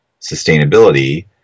sustainability